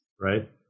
right